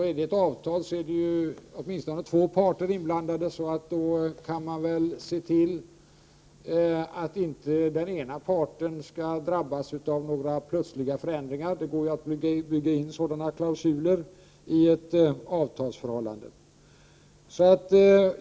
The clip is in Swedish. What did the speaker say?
Enligt avtal är det åtminstone två parter inblandade, och då kan man se till att inte den ena parten drabbas av några plötsliga förändringar. Det går att bygga in sådana klausuler i ett avtal.